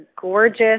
gorgeous